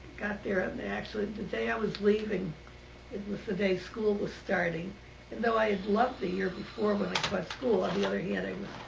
got there and actually, the day i was leaving it was the day school was starting and though i had left the year before when i taught school. on the other hand, i was